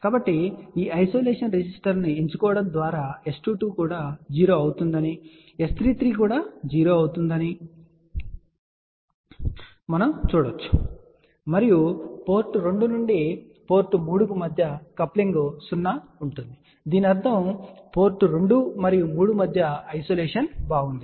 కాబట్టి ఈ isolation resistance ను ఎంచుకోవడం ద్వారా S22 కూడా 0 అవుతుందని S33 కూడా 0 అవుతుందని మనం చూడవచ్చు మరియు పోర్ట్ 2 నుండి పోర్ట్ 3 కు మధ్య కప్లింగ్ 0 ఉంటుంది దీని అర్థం పోర్టు 2 మరియు 3 మధ్య ఐసోలేషన్ బాగుంది